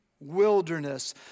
wilderness